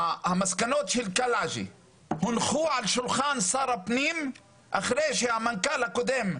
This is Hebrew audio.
המסקנות של קלעג'י הונחו על שולחן שר הפנים אחרי שהמנכ"ל הקודם,